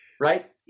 Right